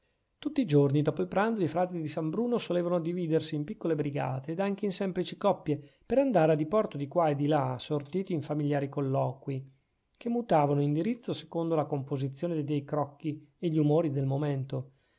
tutti i giorni dopo il pranzo i frati di san bruno solevano dividersi in piccole brigate ed anche in semplici coppie per andare a diporto di qua o di là assorti in familiari colloquii che mutavano indirizzo secondo la composizione dei crocchi e gli umori del momento